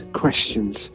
questions